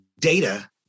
data